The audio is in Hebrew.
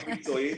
מקצועית,